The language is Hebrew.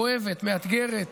כואבת, מאתגרת.